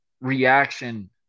reaction